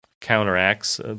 counteracts